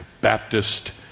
Baptist